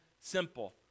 simple